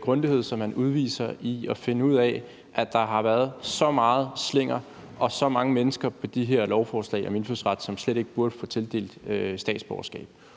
grundighed, som man udviser i forhold til at finde ud af, at der har været så meget slinger og så mange mennesker på de her lovforslag om indfødsret, som slet ikke burde få tildelt statsborgerskab.